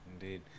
indeed